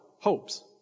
hopes